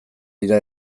dira